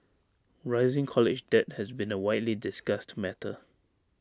rising college debt has been A widely discussed matter